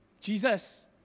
Jesus